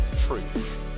truth